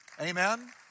Amen